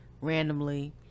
randomly